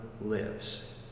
lives